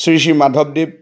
শ্ৰী শ্ৰী মাধৱদেৱ